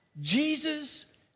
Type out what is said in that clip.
Jesus